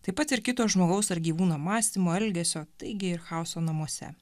taip pat ir kito žmogaus ar gyvūno mąstymo elgesio taigi ir chaoso namuose